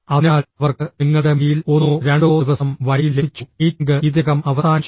അതിനാൽ അവർക്ക് നിങ്ങളുടെ മെയിൽ ഒന്നോ രണ്ടോ ദിവസം വൈകി ലഭിച്ചു മീറ്റിംഗ് ഇതിനകം അവസാനിച്ചു